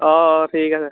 অঁ অঁ ঠিক আছে